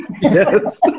Yes